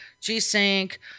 G-Sync